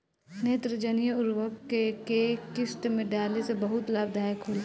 नेत्रजनीय उर्वरक के केय किस्त में डाले से बहुत लाभदायक होला?